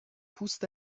پوست